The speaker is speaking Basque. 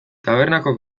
tabernako